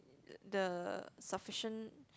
t~ the sufficient